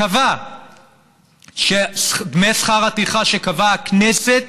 קבע שדמי שכר הטרחה שקבעה הכנסת